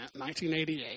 1988